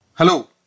Hello